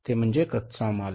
ते म्हणजे कच्चा माल